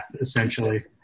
essentially